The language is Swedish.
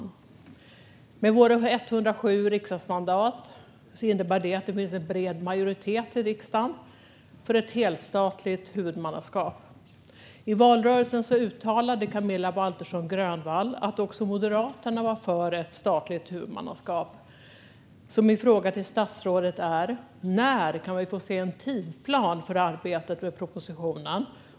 Det innebär att det med våra 107 riksdagsmandat finns en bred majoritet i riksdagen för ett helstatligt huvudmannaskap. I valrörelsen uttalade Camilla Waltersson Grönvall att också Moderaterna var för ett statligt huvudmannaskap. Mina frågor till statsrådet är därför: När kan vi få se en tidsplan för arbetet med propositionen?